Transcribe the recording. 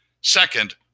Second